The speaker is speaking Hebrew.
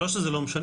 זה לא שזה לא משנה.